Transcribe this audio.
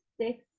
six